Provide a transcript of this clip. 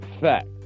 fact